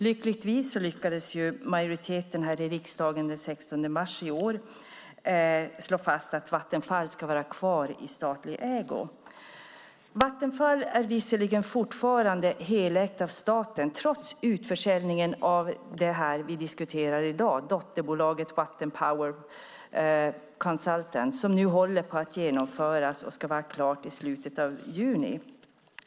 Lyckligtvis slog en majoritet i riksdagen den 16 mars i år fast att Vattenfall ska vara kvar i statlig ägo. Vattenfall är fortfarande helägt av staten, trots utförsäljningen av dotterbolaget Vattenfall Power Consultant som håller på att genomföras och ska vara klar i slutet av juni.